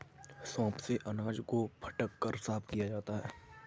soup से अनाज को फटक कर साफ किया जाता है